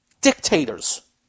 dictators